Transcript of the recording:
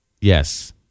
Yes